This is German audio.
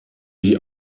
die